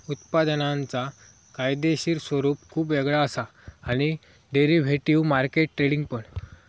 उत्पादनांचा कायदेशीर स्वरूप खुप वेगळा असा आणि डेरिव्हेटिव्ह मार्केट ट्रेडिंग पण